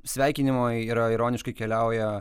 sveikinimai yra ironiškai keliauja